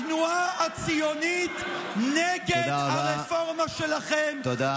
התנועה הציונית נגד הרפורמה שלכם, תודה רבה.